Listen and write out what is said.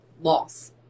loss